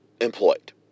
employed